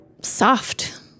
soft